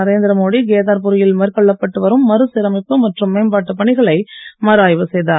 நரேந்திரமோடி கேதார்புரியில் மேற்கொள்ளப்பட்டு வரும் மறு சீரமைப்பு மற்றும் மேம்பாட்டுப் பணிகளை மறு ஆய்வு செய்தார்